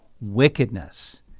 wickedness